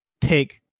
take